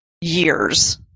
years